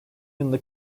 yanında